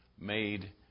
made